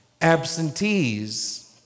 absentees